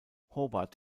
hobart